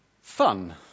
fun